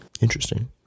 Interesting